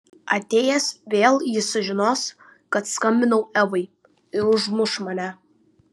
atėjęs vėl jis sužinos kad skambinau evai ir užmuš mane